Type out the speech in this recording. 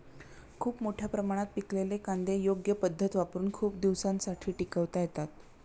खूप मोठ्या प्रमाणात पिकलेले कांदे योग्य पद्धत वापरुन खूप दिवसांसाठी टिकवता येतात